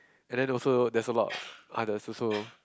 and then also there's a lot others also